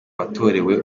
watorewe